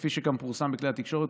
כפי שגם פורסם בכלי התקשורת,